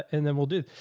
and then we'll do,